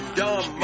dumb